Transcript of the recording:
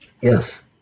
Yes